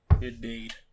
Indeed